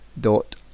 dot